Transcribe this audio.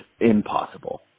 impossible